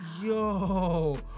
Yo